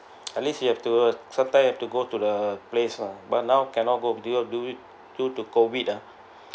at least you have to sometime you have to go to the place lah but now cannot go due to due to due to COVID ah